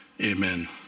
Amen